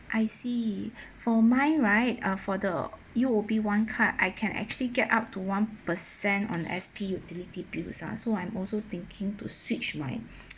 I see for mine right uh for the U_O_B one card I can actually get up to one percent on S_P utility bills ah so I'm also thinking to switch my